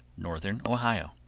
northern ohio.